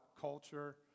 culture